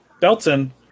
Belton